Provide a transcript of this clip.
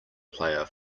player